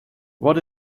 what